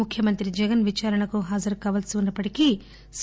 ముఖ్యమంత్రి జగన్ విదారణకు హాజ రుకావల్పి వున్న ప్పటికీ సి